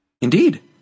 indeed